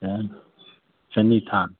अच्छा ठाम